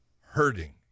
hurting